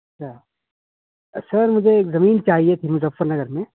اچھا سر مجھے ایک زمین چاہیے تھی مظفرنگر میں